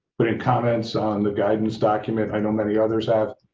put in comments on the guidance document. i know many others have.